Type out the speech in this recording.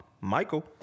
Michael